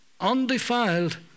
undefiled